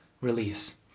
release